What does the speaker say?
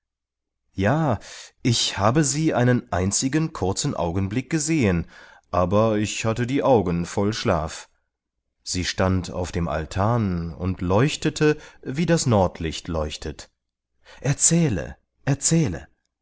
ja ich habe sie einen einzigen kurzen augenblick gesehen aber ich hatte die augen voll schlaf sie stand auf dem altan und leuchtete wie das nordlicht leuchtet erzähle erzähle